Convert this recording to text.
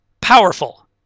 Powerful